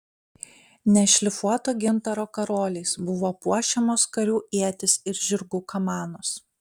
nešlifuoto gintaro karoliais buvo puošiamos karių ietys ir žirgų kamanos